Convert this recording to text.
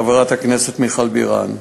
חברת הכנסת מיכל בירן,